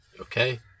Okay